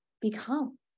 become